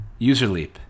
Userleap